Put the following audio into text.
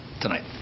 tonight